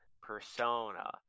Persona